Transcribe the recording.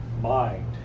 Mind